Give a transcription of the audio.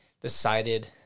decided